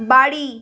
বাড়ি